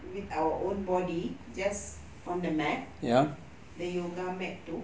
with our body just on the mat the yoga mat itu